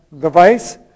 device